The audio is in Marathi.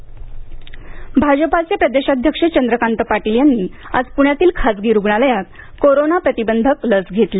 चंद्रकांत पाटील भाजपाचे प्रदेशाध्यक्ष चंद्रकांत पाटील यांनी आज पुण्यातील खाजगी रुग्णालयात कोरोना प्रतिबंधक लस घेतली